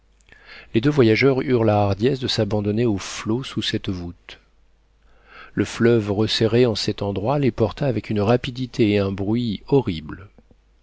les deux voyageurs eurent la hardiesse de s'abandonner aux flots sous cette voûte le fleuve resserré en cet endroit les porta avec une rapidité et un bruit horrible